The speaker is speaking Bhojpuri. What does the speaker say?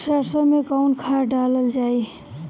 सरसो मैं कवन खाद डालल जाई?